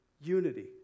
unity